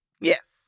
Yes